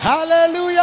Hallelujah